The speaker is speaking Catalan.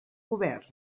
govern